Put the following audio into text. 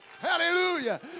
Hallelujah